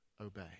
obey